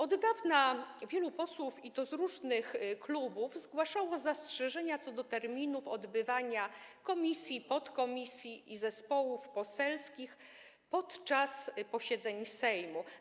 Od dawna wielu posłów, i to z różnych klubów, zgłaszało zastrzeżenia co do terminów odbywania posiedzeń komisji, podkomisji i zespołów poselskich podczas posiedzeń Sejmu.